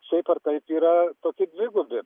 šiaip ar taip yra tokie dvigubi